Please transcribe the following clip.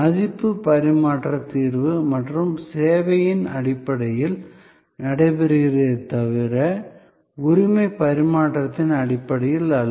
மதிப்பு பரிமாற்றம் தீர்வு மற்றும் சேவையின் அடிப்படையில் நடைபெறுகிறதே தவிர உரிமை பரிமாற்றத்தின் அடிப்படையில் அல்ல